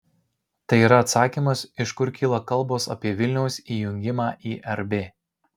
tai yra atsakymas iš kur kyla kalbos apie vilniaus įjungimą į rb